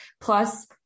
Plus-